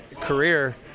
career